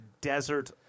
Desert